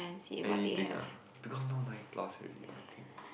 anything ah because now nine plus already eh I think